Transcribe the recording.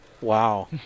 Wow